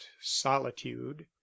solitude